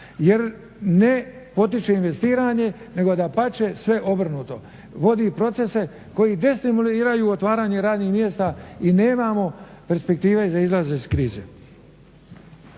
jer ne potiče investiranje nego dapače sve obrnuto, vodi procese koji destimuliraju otvaranje radnih mjesta i nemamo perspektive za izlazak iz krize.